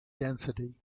density